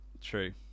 True